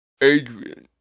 Adrian